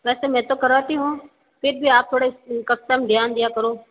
वैसे मैं तो कराती हूँ फिर भी आप थोड़े कस्टम ध्यान दिया करो